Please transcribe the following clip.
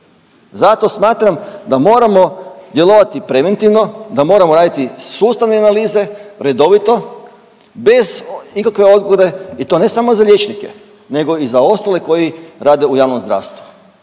Zato smatram da moramo djelovati preventivno, da moramo raditi sustavne analize redovito bez ikakve odgode i to ne samo za liječnike, nego i za ostale koji rade u javnom zdravstvu.